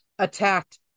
attacked